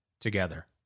together